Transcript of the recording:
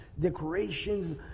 decorations